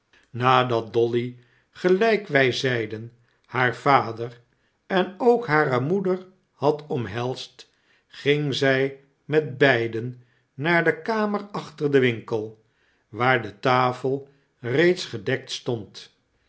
nadat dolly gelijk wij zeiden haar vader en ook hare moeder had omhelsd ging zij met beiden naar de kamer achter den winkel waar de tafel reeds gedekt stond